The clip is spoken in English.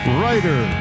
writer